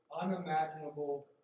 unimaginable